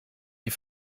die